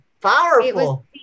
Powerful